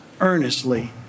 earnestly